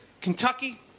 Kentucky